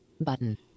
button